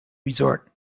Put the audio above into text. resort